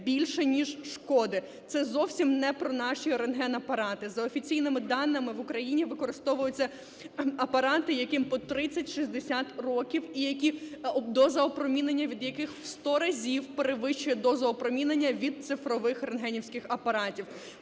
більше, ніж шкоди. Це зовсім не про наші рентген-апарати. За офіційними даними в Україні використовуються апарати, який по 30-60 років і які, дози опромінення від яких в сто разів перевищують дози опромінення від цифрових рентгенівських апаратів.